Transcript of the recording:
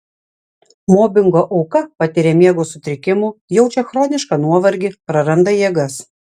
mobingo auka patiria miego sutrikimų jaučia chronišką nuovargį praranda jėgas